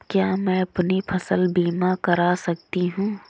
क्या मैं अपनी फसल बीमा करा सकती हूँ?